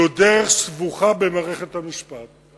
זאת דרך סבוכה במערכת המשפט.